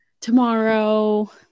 tomorrow